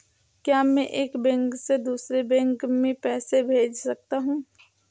क्या मैं एक बैंक से दूसरे बैंक में पैसे भेज सकता हूँ?